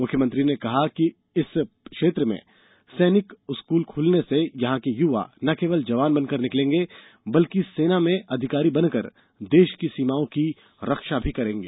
मुख्यमंत्री ने कहा कि इस क्षेत्र में सैनिक स्कूल खुलने से यहाँ के युवा न केवल जवान बनकर निकलेंगे बल्कि सेना में अधिकारी बनकर देश की सीमाओं की रक्षा भी करेंगे